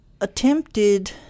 attempted